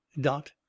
dot